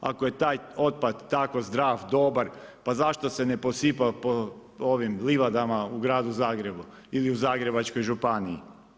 Ako je taj otpad, tako zdrav, dobar, pa zašto se ne posipa po ovim livadama u Gradu Zagrebu ili u Zagrebačkoj županiji?